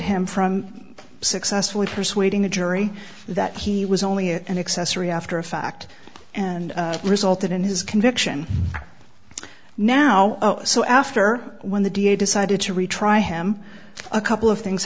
him from successfully persuading the jury that he was only an accessory after the fact and resulted in his conviction now so after when the d a decided to retry him a couple of things